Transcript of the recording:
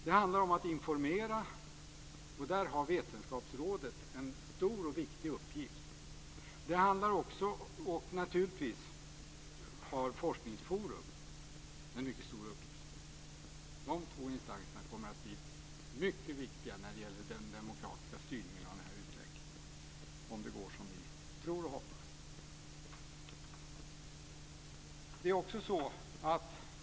Det handlar om att informera, och där har vetenskapsrådet en stor och viktig uppgift. Naturligtvis har också Forskningsforum en mycket stor uppgift där. De två instanserna kommer att bli mycket viktiga när det gäller den demokratiska styrningen av denna utveckling, om det går som vi tror och hoppas.